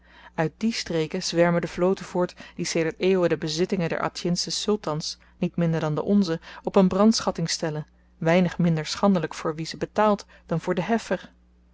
uit die streken zwermen de vloten uit die sedert eeuwen de bezittingen der atjinsche sultans niet minder dan de onze op n brandschatting stellen weinig minder schandelyk voor wie ze betaalt dan voor den heffer